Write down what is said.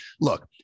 Look